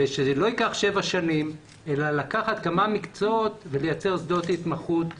ושזה לא ייקח שבע שנים אלא לקחת כמה מקצועות ולייצר שדות התמחות בקהילה.